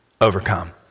Overcome